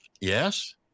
Yes